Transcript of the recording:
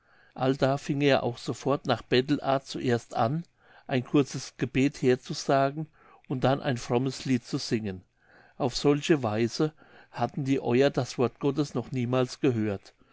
allda fing er auch sofort nach bettlerart zuerst an ein kurzes gebet herzusagen und dann ein frommes lied zu singen auf solche weise hatten die oier das wort gottes noch niemals gehört